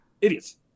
Idiots